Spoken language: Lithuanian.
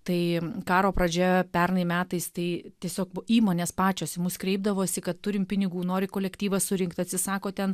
tai karo pradžioje pernai metais tai tiesiog įmonės pačios į mus kreipdavosi kad turim pinigų nori kolektyvas surinkt atsisako ten